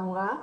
אמרה.